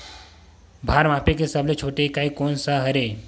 भार मापे के सबले छोटे इकाई कोन सा हरे?